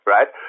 Right